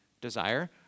desire